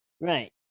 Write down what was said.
Right